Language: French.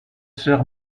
soeurs